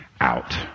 out